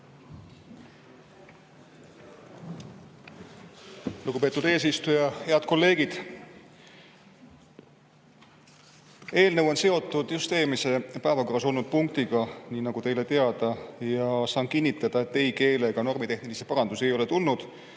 Lugupeetud eesistuja! Head kolleegid! Eelnõu on seotud eelmise päevakorrapunktiga, nii nagu teile teada. Ma saan kinnitada, et ei keele‑ ega normitehnilisi parandusi ei ole tulnud.